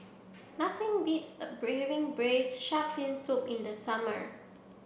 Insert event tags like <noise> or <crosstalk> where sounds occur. nothing beats <unintelligible> having braised shark fin soup in the summer